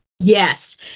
Yes